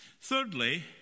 Thirdly